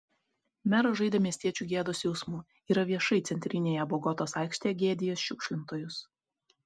meras žaidė miestiečių gėdos jausmu yra viešai centrinėje bogotos aikštėje gėdijęs šiukšlintojus